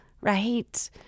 right